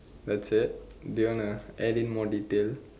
that's it do you wanna add in more detail